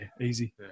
easy